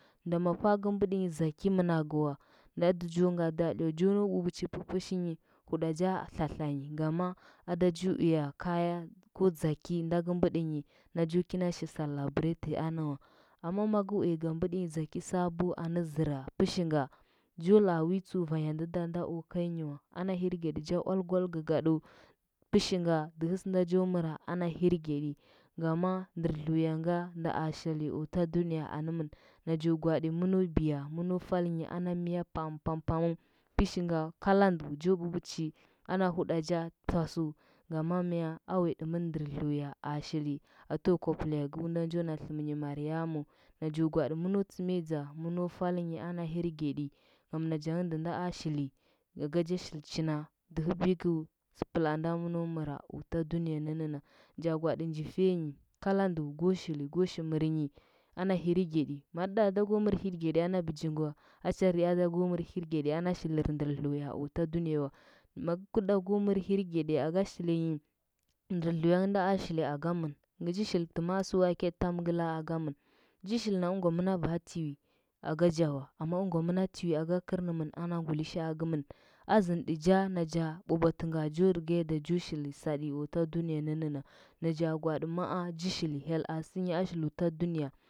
Ndam aba ga mbɚndzinyi dzaki mɚnagɚ wa da jo gaɗɚ daɗi wa jo nau hupuchi pɚpɚshnyi huɗaja tlatlanyi ngama ada ja uya kaya ko dzaki nda ka mbɚɗɚnyi nda jo ina ghi celebrate anɚ wa amma maka uya ga mbɚɗɚnyi dzaki sabu anɚ zɚra pɚshinga jo la adzu vanya ndɚdo kai nghɚ wa ana hirged ja valual gagaɗu, pɚshinga dɚhɚ sɚnda jo mɚra ana hirgeɗi, ngama ndɚr dluya nga ndo a shilo o ta duniya agamɚn najo gwaaɗi mɚno biya mɚno falɚkyi ana miya pam pam pamu pɚshingo kalandu jo bupuchi ana huɗacha tuasu ngama mya a uyaɗɚmɚn ndɚr dluya a shili a tuwa gwablegu nda njo na tlɚmɚnyi maryamu najo gwaaɗi mɚno tsɚmiyadza mɚno falingyi ana hirgeɗi, ngam najangɚ ndɚnda a shili aga jo shil chinda dɚhɚ biki nɚ sɚplaa nda mɚno mɚra, o ta duniya mɚnnɚnai n naja gwaaɗi nji fiyenyi gala nda go shili go shil mɚrnyi ana hirgeɗi ma ɗa ada ko mɚr hirgeɗi ma ɗa ada ko mɚr hirgeɗi ana bɚjungɚ wa, a charɗi ada go mɚr hirgedi anɚ shilir ndɚr dluya o ta duniya wa matɚ wurɗa ko mɚr hirgeɗi aga shilngi ndɚ zhang nda a shili akamɚn ngɚ ji shil tɚ ma tsur atɚ tam ngla akamɚn ji shilna ɚngwa mɚna baa tiwi akojo wa, amma ɚnwa tiwi aka kɚrnamɚn ana ngulishaa gɚmɚn azɚnɗɚjo naja buabuatɚnga jo riga da jo shil saɗi o ta duniya nɚnnɚna na ja gwaɗi maa cha shili hyel a singo a shili o ta duniya.